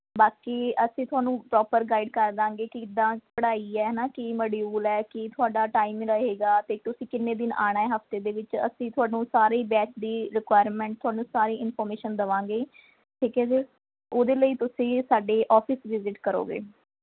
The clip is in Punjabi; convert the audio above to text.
ਬਾਕੀ ਅਸੀਂ ਤੁਹਾਨੂੰ ਪਰੋਪਰ ਗਾਈਡ ਕਰ ਦਾਂਗੇ ਕਿੱਦਾਂ ਪੜ੍ਹਾਈ ਹੈ ਹੈਨਾ ਕੀ ਮੋਡੀਊਲ ਹੈ ਕੀ ਤੁਹਾਡਾ ਟਾਈਮ ਰਹੇਗਾ ਅਤੇ ਤੁਸੀਂ ਕਿੰਨੇ ਦਿਨ ਆਉਣਾ ਹੈ ਹਫ਼ਤੇ ਦੇ ਵਿੱਚ ਅਸੀਂ ਤੁਹਾਨੂੰ ਸਾਰੀ ਬੈਚ ਦੀ ਰਿਕੁਆਇਰਮੈਂਟ ਤੁਹਾਨੂੰ ਸਾਰੀ ਇਨਫੋਰਮੇਸ਼ਨ ਦੇਵਾਂਗੇ ਠੀਕ ਹੈ ਜੀ ਉਹਦੇ ਲਈ ਤੁਸੀਂ ਸਾਡੇ ਔਫ਼ਿਸ ਵਿਜ਼ਿਟ ਕਰੋਗੇ